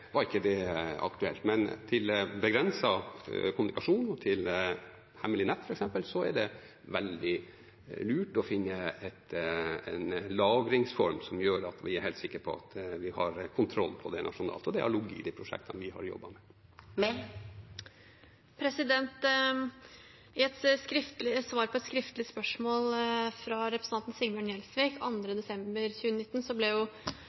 var ikke det aktuelt. Men til begrenset kommunikasjon og til hemmelig nett, f.eks., er det veldig lurt å finne en lagringsform som gjør at vi er helt sikre på at vi har kontroll på det nasjonalt, og det har ligget i de prosjektene vi har jobbet med. I et svar på et skriftlig spørsmål fra representanten Sigbjørn Gjelsvik